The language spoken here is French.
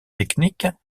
techniques